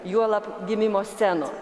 juolab gimimo scenų